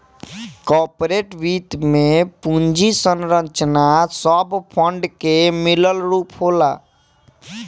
corporate वित्त में पूंजी संरचना सब फंड के मिलल रूप होला